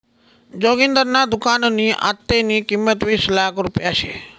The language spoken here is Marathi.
जोगिंदरना दुकाननी आत्तेनी किंमत वीस लाख रुपया शे